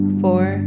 four